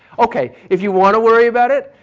okay, if you want to worry about it,